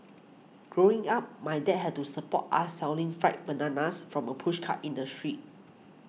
growing up my dad had to support us selling fried bananas from a pushcart in the street